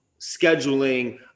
scheduling